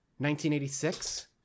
1986